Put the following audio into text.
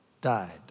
died